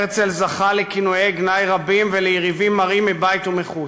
הרצל זכה לכינויי גנאי רבים וליריבים מרים מבית ומחוץ.